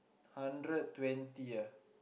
hundred twenty ah